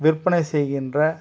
விற்பனை செய்கின்ற